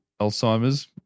Alzheimer's